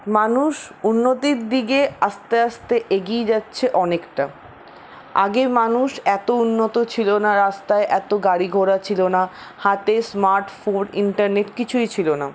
মানুষ উন্নতির দিকে আস্তে আস্তে এগিয়ে যাচ্ছে অনেকটা আগে মানুষ এত উন্নত ছিল না রাস্তায় এত গাড়ি ঘোড়া ছিল না হাতে স্মার্টফোন ইন্টারনেট কিছুই ছিল না